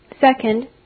Second